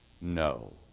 no